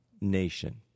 nation